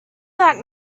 that